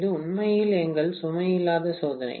இது உண்மையில் எங்கள் சுமை இல்லாத சோதனை